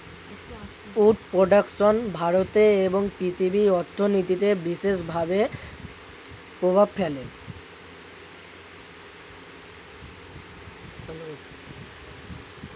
would production ভারতে এবং পৃথিবীর অর্থনীতিতে বিশেষ প্রভাব ফেলে